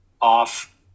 off